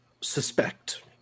suspect